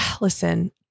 listen